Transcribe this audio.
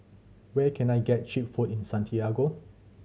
where can I get cheap food in Santiago